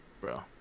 bro